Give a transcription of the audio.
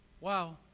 Wow